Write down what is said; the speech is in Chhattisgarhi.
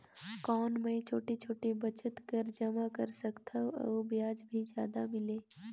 कौन मै छोटे छोटे बचत कर जमा कर सकथव अउ ब्याज भी जादा मिले?